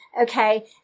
okay